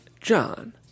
John